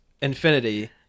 Infinity